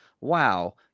wow